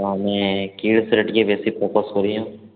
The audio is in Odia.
ଆମେ କିଡ଼ସ୍ରେ ଟିକେ ବେଶୀ ଫୋକସ୍ କରୁ